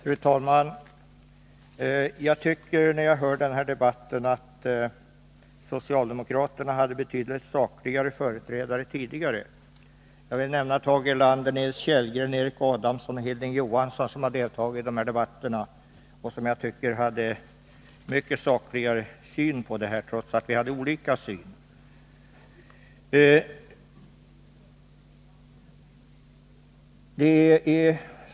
SEE SER Fru talman! När jag lyssnar till den här debatten tycker jag att Vissa författningssocialdemokraterna hade betydligt sakligare företrädare tidigare. Jag vill frågor m.m. nämna Tage Erlander, Nils Kellgren, Erik Adamsson och Hilding Johansson, som har deltagit i de här debatterna och som, enligt min uppfattning, har haft en mycket sakligare syn än Kurt Ove Johansson har på dessa frågor — trots att vi hade olika uppfattningar.